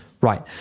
right